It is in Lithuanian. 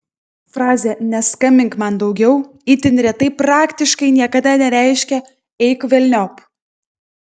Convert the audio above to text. frazė neskambink man daugiau itin retai praktiškai niekada nereiškia eik velniop